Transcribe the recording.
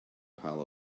pile